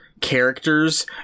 characters